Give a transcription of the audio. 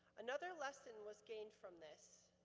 another lesson was gained from this.